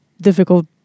difficult